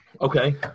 Okay